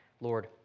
Lord